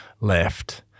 left